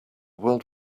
world